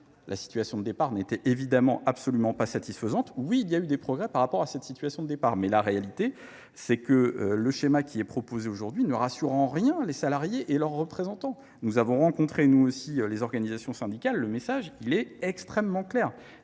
la situation de départ ? Elle n’était à l’évidence absolument pas satisfaisante. Oui, des progrès ont été accomplis par rapport à cette situation de départ, mais la réalité est que le schéma qui est ici proposé ne rassure en rien les salariés et leurs représentants. Nous avons rencontré nous aussi les organisations syndicales : leur message est extrêmement clair.